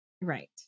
right